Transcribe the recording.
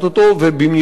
ובמיוחד,